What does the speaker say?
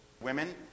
women